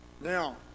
Now